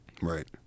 Right